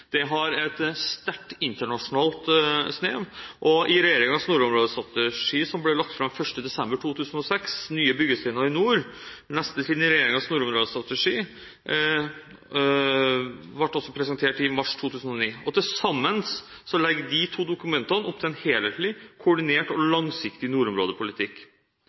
det har et sterkt internasjonalt snev. Regjeringens nordområdestrategi – Nye byggesteiner i nord Neste trinn i Regjeringens nordområdestrategi – ble lagt fram 1. desember 2006 og presentert i mars 2009. Til sammen legger disse to dokumentene opp til en helhetlig, koordinert og langsiktig nordområdepolitikk.